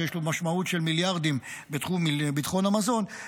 שיש לו משמעות של מיליארדים בתחום ביטחון המזון,